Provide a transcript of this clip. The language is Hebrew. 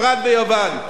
אדוני היושב-ראש,